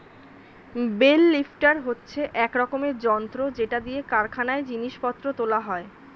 bell lifter হচ্ছে এক রকমের যন্ত্র যেটা দিয়ে কারখানায় জিনিস পত্র তোলা হয়